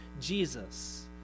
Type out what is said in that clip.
Jesus